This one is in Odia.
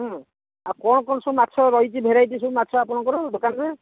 ହୁଁ ଆଉ କ'ଣ କ'ଣ ସବୁ ମାଛ ରହିଛି ଭେରାଇଟି ସବୁ ମାଛ ଆପଣଙ୍କର ଦୋକାନରେ